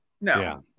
No